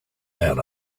man